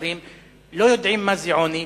לא יודעים מה זה עוני,